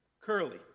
Curly